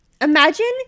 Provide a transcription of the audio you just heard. Imagine